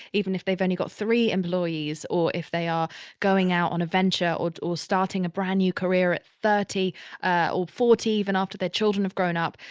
even if they've only got three employees or if they are going out on a venture or or starting a brand new career at thirty ah or forty, even after their children have grown up.